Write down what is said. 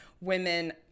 women